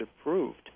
approved